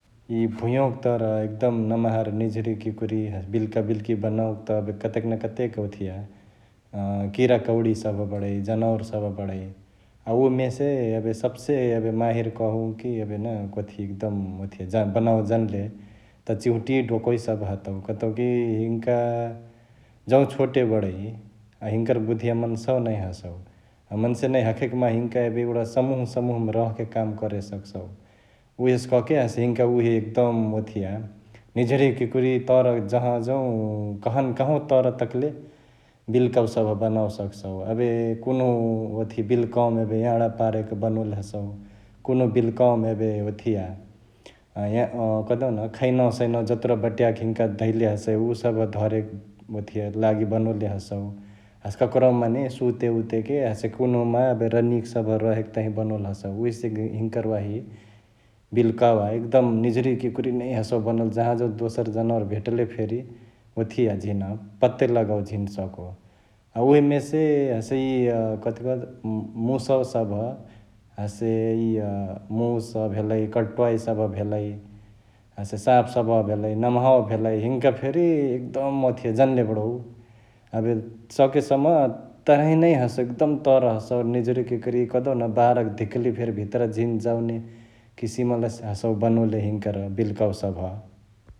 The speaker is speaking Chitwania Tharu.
यिअ भुयंवा क तर एकदम नमहार ,निझुरिकिकुरी हसे बिलुकबिल्की बनओके त कतेक न कतेक ओथिआ किरकौडी सभ बडै, जनावर सभ बडै । अ उहमेसे एबे सबसे एबे माहिर कहुँकी एबे ना कथी एकदम ओथिया बनओए जनले त चिहुटिया, डोकवा सभ हतउ कतउकी हिन्का जौं छोटे बडै अ हिन्कर बुद्धिया मन्सावा नहिया हसौ । मन्से नहिया हखैक माहा हिन्का एबे एगुडा समुह समुह रहके काम करे सकसउ । उहेसे कहके हसे हिन्का उहे एकदम ओथिया निझुरिकिकुरी तर जहाँजौ कहाँनकहाँवा तर तकले बिल्कवा सभ बनओए सकसउ । एबे कुन्हु ओथी बिल्कवामा एबे याँणा पारेके बनोले हसौ, कुन्हु बिल्कवा एबे ओथिआ कहदेउन खैनावासैनवा जतुरा बटियाके हिन्का धैले हसै उ सभ धरेके ओथिया लागी बनोले हसउ । हसे ककरहुंमा मने सुतेउतेके हसे कुन्हुमा एबे रानीयके सभ रहेके तहिंया बनोले हसउ । उहेसे हिन्कर वाही बिलकवा एकदम निझुरिकिकुरी नै हसउ बनोले जहाँजौँ दोसर जनावर भेटले फेरी ओथिया झिन पत्ता लगवे झिन सको । अ उहे मेसे इय कथकथी मुसवा सभ हसे इय मुस भेलाई ,कर्टोवाई सभ भेलाई हसे साप सभ भेलाई, नमहावा भेलाई, हिन्का फेरी एकदम जन्लेबडौ । एबे सकेसम्म तरही नै हसौ एकदम तर हसौ निझुरिकिकुरी कहदेउन बाहारक धिकली भित्रा झिन जावने कसिमसे हसौ बनोले हिन्कर बिल्कवा सभ ।